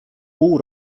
pół